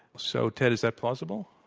so, ted, is that possible?